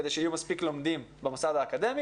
כדי שיהיו מספיק לומדים במוסד האקדמי